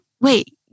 wait